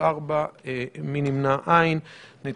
אין ההסתייגות בסעיף 2 לא אושרה.